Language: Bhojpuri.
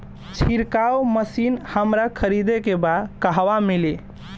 छिरकाव मशिन हमरा खरीदे के बा कहवा मिली?